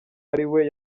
ariwe